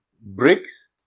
Bricks